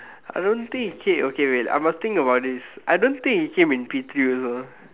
I don't think it came okay wait I must think about this I don't think it came in P three also